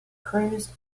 cruised